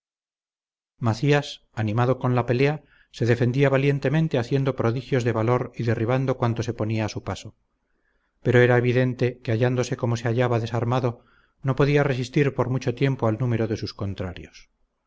muera macías animado con la pelea se defendía valientemente haciendo prodigios de valor y derribando cuanto se ponía a su paso pero era evidente que hallándose como se hallaba desarmado no podía resistir por mucho tiempo al número de sus contrarios